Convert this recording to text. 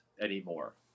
anymore